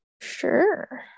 Sure